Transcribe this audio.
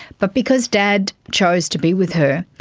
but because dad chose to be with her,